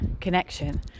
connection